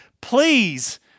please